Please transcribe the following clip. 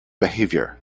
behavior